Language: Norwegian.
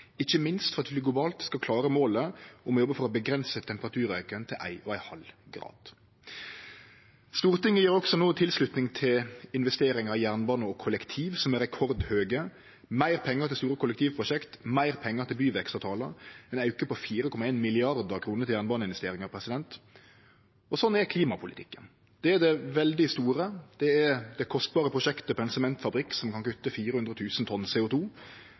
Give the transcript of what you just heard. ikkje minst for at vi globalt skal klare målet om å jobbe for å avgrense temperaturauken til 1,5 grad. Stortinget gjev også no tilslutning til investeringar i jernbane og kollektiv, som er rekordhøge, meir pengar til store kollektivprosjekt, meir pengar til byvekstavtalar, ein auke på 4,1 mrd. kr til jernbaneinvesteringar. Sånn er klimapolitikken. Det er det veldig store – det er det kostbare prosjektet på ein sementfabrikk som kan kutte 400 000 tonn CO